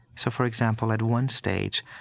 so, for example, at one stage,